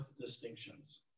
distinctions